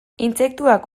intsektuak